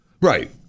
Right